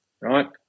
right